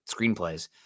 screenplays